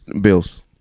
Bills